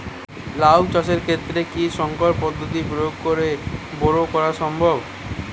লাও চাষের ক্ষেত্রে কি সংকর পদ্ধতি প্রয়োগ করে বরো করা সম্ভব?